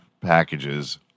packages